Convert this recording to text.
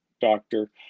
doctor